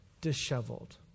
disheveled